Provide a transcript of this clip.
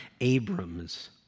Abrams